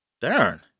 Darn